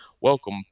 welcome